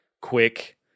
quick